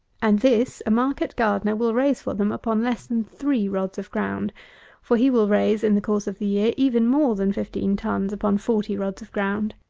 and this a market gardener will raise for them upon less than three rods of ground for he will raise, in the course of the year, even more than fifteen tons upon forty rods of ground.